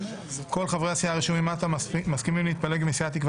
כל חברי הסיעה הרשומים מטה מסכימים להתפלג מסיעת תקווה